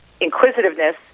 inquisitiveness